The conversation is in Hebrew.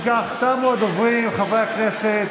אם כך, תמו הדוברים, חברי הכנסת.